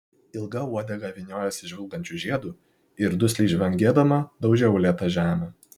ilga uodega vyniojosi žvilgančiu žiedu ir dusliai žvangėdama daužė uolėtą žemę